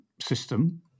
system